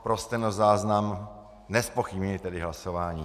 Pro stenozáznam nezpochybňuji hlasování.